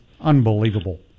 unbelievable